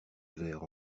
verre